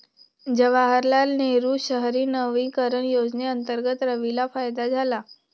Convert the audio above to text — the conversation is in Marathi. जवाहरलाल नेहरू शहरी नवीकरण योजनेअंतर्गत रवीला फायदा झाला